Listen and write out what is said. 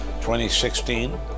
2016